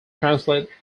translate